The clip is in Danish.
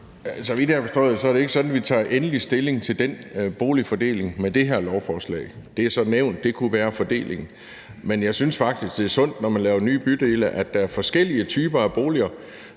er det ikke sådan, at vi tager endelig stilling til den boligfordeling med det her lovforslag – det er så nævnt, at det kunne være fordelingen. Men jeg synes faktisk, det er sundt, når man laver nye bydele, at der er forskellige typer af boliger,